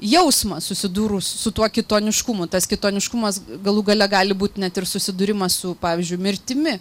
jausmą susidūrus su tuo kitoniškumu tas kitoniškumas galų gale gali būt net ir susidūrimas su pavyzdžiui mirtimi